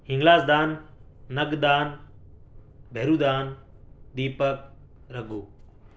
ہلاجدان نگدان بہرودان دیپک رگھو